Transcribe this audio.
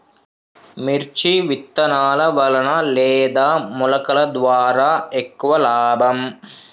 మిర్చి విత్తనాల వలన లేదా మొలకల ద్వారా ఎక్కువ లాభం?